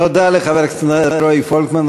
תודה לחבר הכנסת רועי פולקמן.